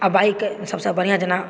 आ बाइक सभसँ बढ़िआँ जेना